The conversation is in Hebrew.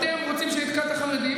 בזה לא לקצץ, זה בסדר.